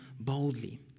boldly